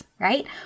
right